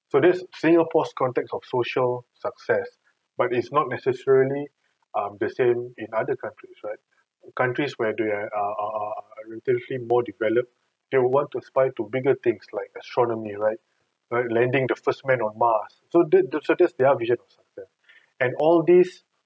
so this singapore's context of social success but it's not necessarily um the same in other countries right countries where they err err ah relatively more developed they want to aspire to bigger things like astronomy right land~ landing the first man on mars so did did suggest their vision of success and all these